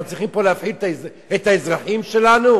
אנחנו צריכים פה להפחיד את האזרחים שלנו?